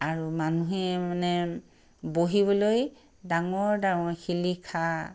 আৰু মানুহে মানে বহিবলৈ ডাঙৰ ডাঙৰ শিলিখা